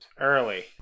Early